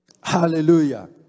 Hallelujah